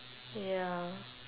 ya